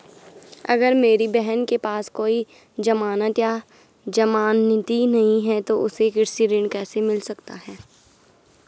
अगर मेरी बहन के पास कोई जमानत या जमानती नहीं है तो उसे कृषि ऋण कैसे मिल सकता है?